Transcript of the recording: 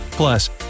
Plus